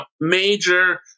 major